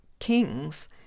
Kings